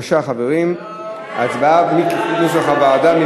בבקשה, חברים, הצבעה כנוסח הוועדה.